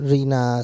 Rina